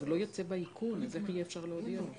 אז הוא לא יוצא באיכון איך אפשר יהיה להודיע לו?